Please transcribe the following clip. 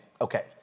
Okay